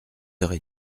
heures